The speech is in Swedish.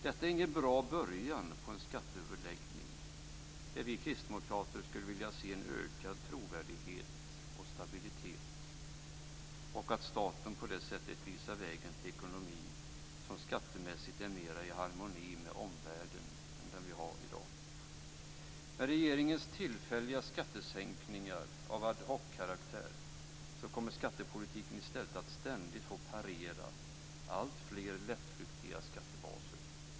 Detta är ingen bra början på en skatteöverläggning där vi kristdemokrater skulle vilja se en ökad trovärdighet och stabilitet och att staten på det sättet visar vägen till en ekonomi som skattemässigt är mera i harmoni med omvärlden än den är i dag. Med regeringens tillfälliga skattesänkningar, av ad hockaraktär, kommer skattepolitiken i stället att ständigt få parera alltfler lättflyktiga skattebaser.